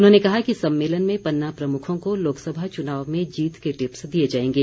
उन्होंने कहा कि सम्मेलन में पन्ना प्रमुखों को लोकसभा चुनाव में जीत के टिप्स दिए जाएंगे